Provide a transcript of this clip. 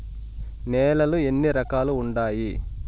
నేలలు ఎన్ని రకాలు వుండాయి?